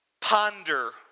ponder